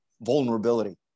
vulnerability